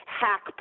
hack